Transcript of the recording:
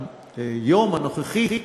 היום הנוכחי,